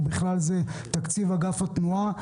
ובכלל זה תקציב אגף התנועה,